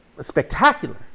spectacular